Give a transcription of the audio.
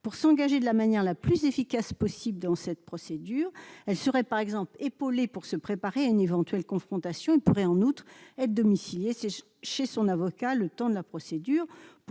pour s'engager de la manière la plus efficace possible dans cette procédure, elle serait par exemple l'épauler pour se préparer à une éventuelle confrontation pourrait en outre. être domicilié chez son avocat, le temps de la procédure